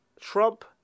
Trump